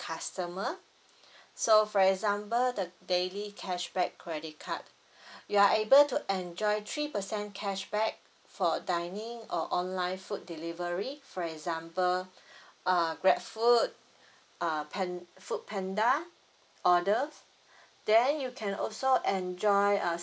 customer so for example the daily cashback credit card you are able to enjoy three percent cashback for dining or online food delivery for example uh grab food uh pan~ food panda order then you can also enjoy a